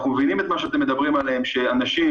אנחנו מבינים את מה שאתם מדברים עליהם שאנשים